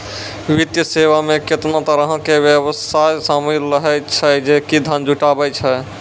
वित्तीय सेवा मे केतना तरहो के व्यवसाय शामिल रहै छै जे कि धन जुटाबै छै